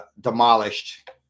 demolished